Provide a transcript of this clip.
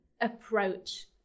approach